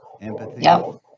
empathy